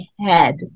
head